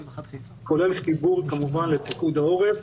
כולל חיבור כמובן לפיקוד העורף.